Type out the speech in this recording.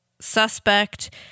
suspect